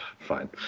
Fine